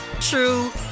true